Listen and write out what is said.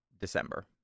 December